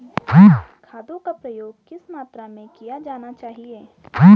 खादों का प्रयोग किस मात्रा में किया जाना चाहिए?